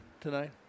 tonight